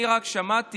אני רק שמעתי,